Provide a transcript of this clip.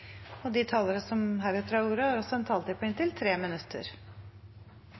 refererte. De talere som heretter får ordet, har også en taletid på inntil 3 minutter.